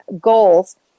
goals